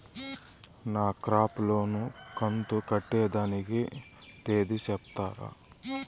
నేను crop loan కంతు కట్టేదానికి తేది సెప్తారా?